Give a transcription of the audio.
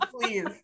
please